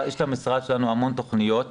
במשרד שלנו יש המון תוכניות,